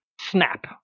snap